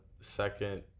second